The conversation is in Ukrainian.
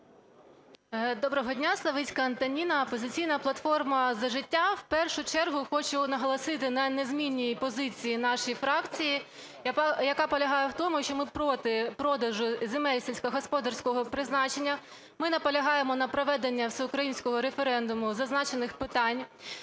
Доброго дня! Славицька Антоніна. "Опозиційна платформа – За життя" в першу чергу хоче наголосити на незмінній позиції нашої фракції, яка полягає в тому, що ми проти продажу земель сільськогосподарського призначення. Ми наполягаємо на проведенні всеукраїнського референдуму із зазначених питань.